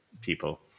people